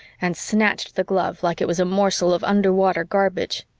and snatched the glove like it was a morsel of underwater garbage.